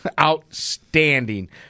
Outstanding